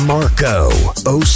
Marco